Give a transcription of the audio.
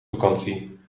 vakantie